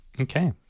Okay